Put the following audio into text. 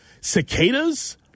Cicadas